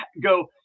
go